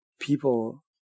People